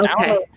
okay